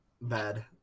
bad